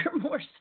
more